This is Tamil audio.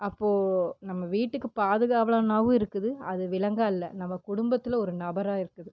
அப்போது நம்ம வீட்டுக்கு பாதுகாவலனாகவும் இருக்குது அது விலங்காக இல்லை நம்ம குடும்பத்தில் ஒரு நபராக இருக்குது